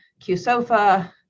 QSOFA